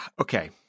Okay